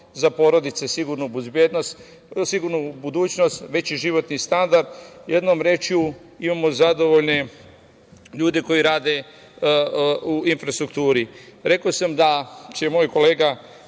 bezbednost, sigurnu budućnosti, veći životni standard, jednom rečju imamo zadovoljne ljude koji rade u infrastrukturi. Rekao sam da će moj kolega